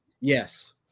Yes